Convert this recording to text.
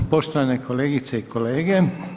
Poštovane kolegice i kolege.